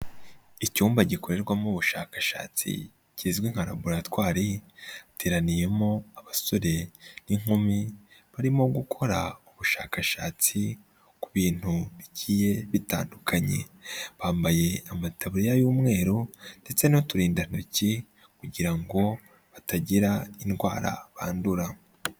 icyumba gikorerwamo ubushakashatsi, kizwi nka laboratwari giteraniyemo abasore n'inkumi, barimo gukora ubushakashatsi ku bintu bigiye bitandukanye, bambaye amataburiya y'umweru ndetse n'uturindantoki kugira ngo batagira indwara bandura.